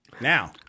Now